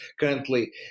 currently